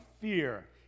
fear